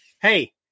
Hey